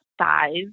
size